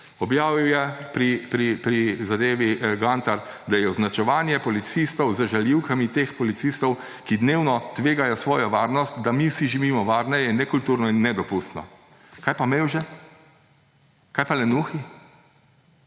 Objavil je pri zadevi Gantar, da je označevanje policistov z žalivkami – teh policistov, ki dnevno tvegajo svojo varnost, da mi vsi živimo varneje – nekulturo in nedopustno. Kaj pa »mevže«, kaj pa »lenuhi«?